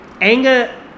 Anger